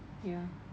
ya